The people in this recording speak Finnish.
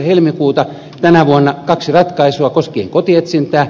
helmikuuta tänä vuonna kaksi ratkaisua koskien kotietsintää